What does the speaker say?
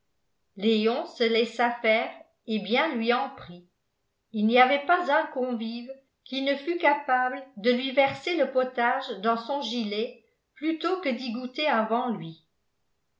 léon se laissa faire et bien lui en prit il n'y avait pas un convive qui ne fût capable de lui verser le potage dans son gilet plutôt que d'y goûter avant lui